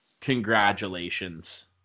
congratulations